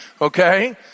okay